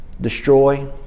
destroy